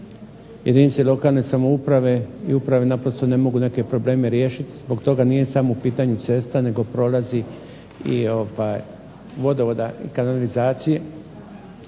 Jedinice lokalne samouprave i uprave naprosto ne mogu neke probleme riješiti, zbog tog nije samo u pitanju cesta nego prolazi vodovoda i kanalizacija.